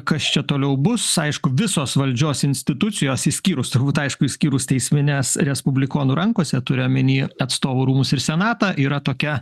kas čia toliau bus aišku visos valdžios institucijos išskyrus turbūt aišku išskyrus teismines respublikonų rankose turiu omeny atstovų rūmus ir senatą yra tokia